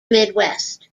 midwest